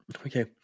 Okay